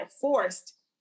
forced